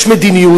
יש מדיניות.